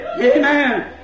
Amen